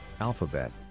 Alphabet